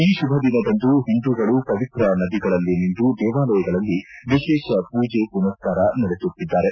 ಈ ಶುಭದಿನದಂದು ಹಿಂದೂಗಳು ಪವಿತ್ರ ನದಿಗಳಲ್ಲಿ ಮಿಂದು ದೇವಾಲಯಗಳಲ್ಲಿ ವಿಶೇಷ ಪೂಜೆ ಪುನಸ್ಥಾರ ನಡೆಸುತ್ತಿದ್ದಾರೆ